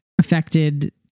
affected